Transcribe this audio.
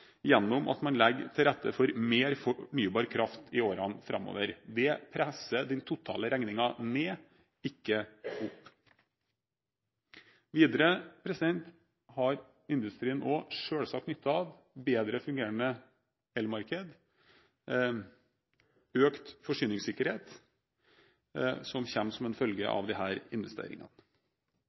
gjennom at man legger til rette for mer fornybar kraft i årene framover. Det presser den totale regningen ned, ikke opp. Videre har industrien også selvsagt nytte av bedre fungerende elmarked og økt forsyningssikkerhet, som kommer som en følge av disse investeringene.